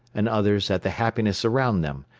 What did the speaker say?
and others at the happiness around them,